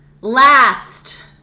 last